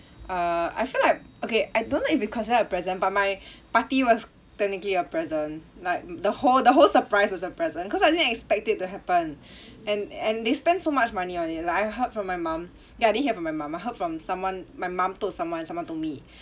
err I feel like okay I don't know if it considered a present but my party was technically a present like the whole the whole surprise was a present cause like I didn't expect it to happen and and they spent so much money on it like I heard from my mum okay I didn't hear from my mum I heard from someone my mum told someone someone told me